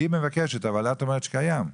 היא מבקשת, אבל את אומרת שקיים.